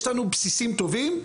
יש לנו בסיסים טובים,